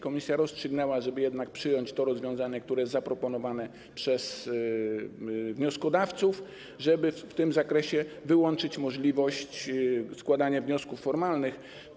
Komisja rozstrzygnęła, żeby jednak przyjąć to rozwiązanie, które jest zaproponowane przez wnioskodawców, żeby w tym zakresie wyłączyć możliwość składania wniosków formalnych.